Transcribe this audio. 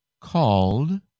called